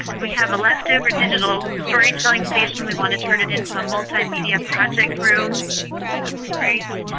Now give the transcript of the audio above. we have a left over digital story telling station. we want to turn it into a multi media project room. that's great.